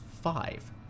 five